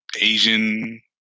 Asian